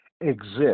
exist